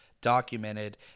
documented